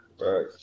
Right